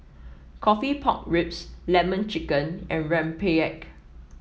coffee Pork Ribs lemon chicken and rempeyek